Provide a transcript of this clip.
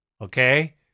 okay